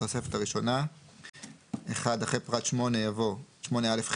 בתוספת הראשונה - אחרי פרט 8 יבוא: "8א.